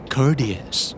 Courteous